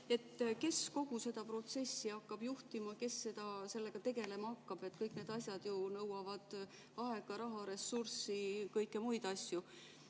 Kes kogu seda protsessi hakkab juhtima? Kes sellega tegelema hakkab? Kõik need asjad ju nõuavad aega, raha, ressurssi, kõiki muid asju.